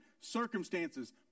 Circumstances